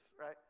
right